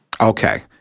Okay